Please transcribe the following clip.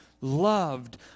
loved